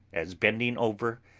as, bending over,